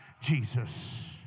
Jesus